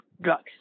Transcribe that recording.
drugs